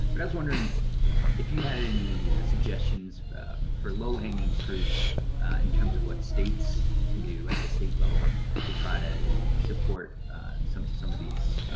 but i was wondering if you had any suggestions for low-hanging fruit in terms of what states can do at the state level to try to support some some of these